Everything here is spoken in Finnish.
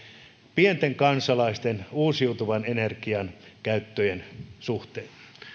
pienten kansalaisten uusiutuvan energian käytön suhteen